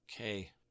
okay